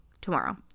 tomorrow